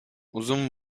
uzun